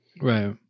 Right